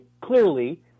clearly